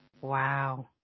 Wow